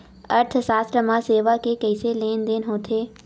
अर्थशास्त्र मा सेवा के कइसे लेनदेन होथे?